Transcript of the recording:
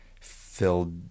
filled